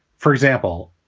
for example,